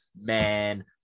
man